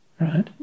right